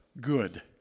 good